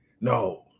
no